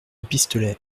pistolet